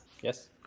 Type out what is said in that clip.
Yes